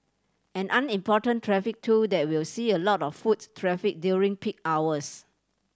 and an important traffic tool that will see a lot of foots traffic during peak hours